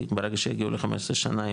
כי ברגע שהגיעו ל-15 שנה,